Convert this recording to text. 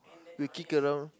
we kick around